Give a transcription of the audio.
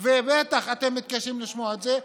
בטח אתם מתקשים לשמוע את זה,